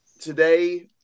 Today